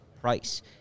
price